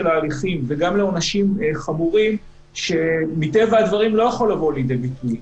ההליכים וגם לעונשים חמורים שמטבע הדברים לא יכול לבוא להיות ביטוי.